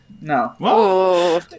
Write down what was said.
No